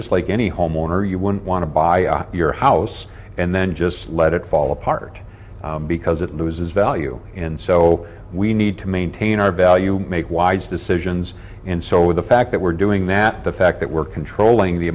just like any homeowner you wouldn't want to buy your house and then just let it fall apart because it loses value and so we need to maintain our value make wise decisions and so with the fact that we're doing that the fact that we're controlling the